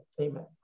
Amen